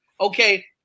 okay